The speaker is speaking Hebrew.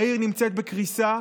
העיר נמצאת בקריסה,